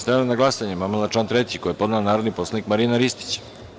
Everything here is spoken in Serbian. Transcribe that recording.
Stavljam na glasanje amandman na član 3. koji je podnela narodni poslanik Marina Ristić.